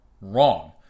Wrong